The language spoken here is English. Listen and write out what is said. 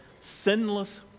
sinless